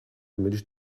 image